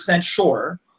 sure –